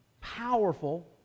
powerful